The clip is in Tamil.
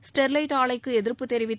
ஸ்டெர்லைட் ஆலைக்கு எதிர்ப்பு தெரிவித்து